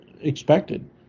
expected